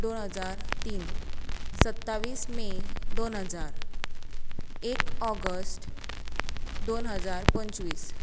दोन हजार तीन सत्तावीस मे दोन हजार एक ऑगस्ट दोन हजार पंचवीस